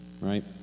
right